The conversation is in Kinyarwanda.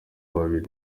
babiri